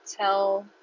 tell